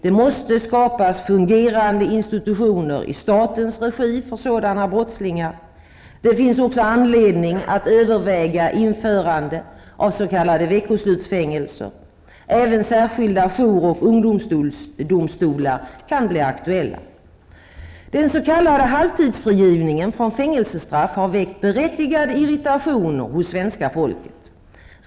Det måste skapas fungerande institutioner i statens regi för sådana brottslingar. Det finns också anledning att överväga införande av s.k. veckoslutsfängelser. Även särskilda jour och ungdomsdomstolar kan bli aktuella. Den s.k. halvtidsfrigivningen från fängelsestraff har väckt berättigad irritation hos svenska folket.